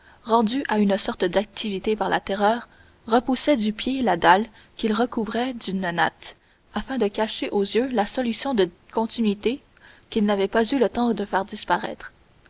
rendu à une sorte d'activité par la terreur repoussait du pied la dalle qu'il recouvrait d'une natte afin de cacher aux yeux la solution de continuité qu'il n'avait pas eu le temps de faire disparaître